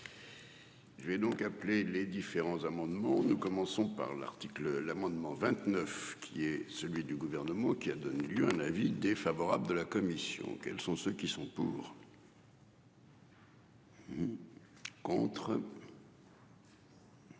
J'ai donc appelé les différents amendements. Nous commençons par l'article l'amendement 29, qui est celui du gouvernement qui a donné lieu à un avis défavorable de la commission, quels sont ceux qui sont pour. Contre.